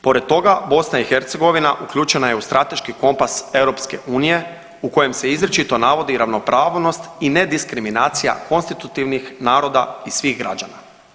Pored toga BiH uključena je u strateški kompas EU u kojem se izričito navodi ravnopravnost i nediskriminacija konstitutivnih naroda i svih građana.